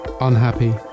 Unhappy